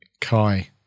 Kai